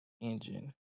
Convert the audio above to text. engine